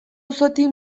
auzotik